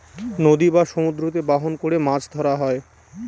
নদী বা সমুদ্রতে বাহন করে মাছ ধরা হয়